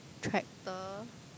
tractor